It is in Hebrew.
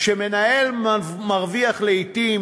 כשמנהל מרוויח לעתים